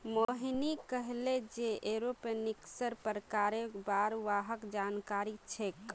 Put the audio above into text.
मोहिनी कहले जे एरोपोनिक्सेर प्रकारेर बार वहाक जानकारी छेक